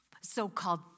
so-called